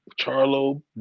charlo